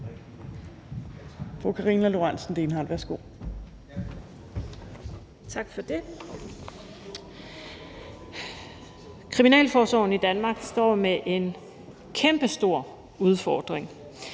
Kriminalforsorgen i Danmark står med en kæmpestor udfordring.